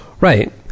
Right